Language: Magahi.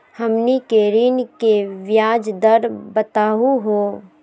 हमनी के ऋण के ब्याज दर बताहु हो?